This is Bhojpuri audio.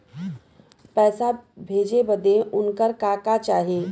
पैसा भेजे बदे उनकर का का चाही?